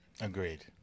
Agreed